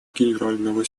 генерального